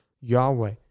Yahweh